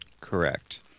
Correct